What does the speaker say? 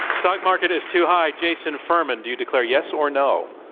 stock market is too high, jason furman, do you declare yes or no?